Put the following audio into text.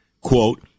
quote